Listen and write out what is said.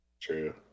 True